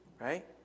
right